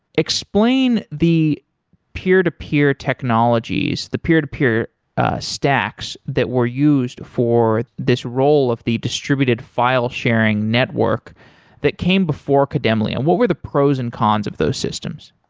explain the peer-to-peer technologies, the peer-to-peer stacks that were used for this role of the distributed file sharing network that came before kademlia. what were the pros and cons of those systems?